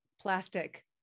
plastic